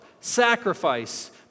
sacrifice